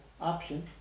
option